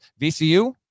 VCU